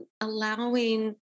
allowing